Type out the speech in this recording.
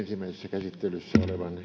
käsittelyssä olevan esityksen tarkoituksena